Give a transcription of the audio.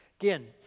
Again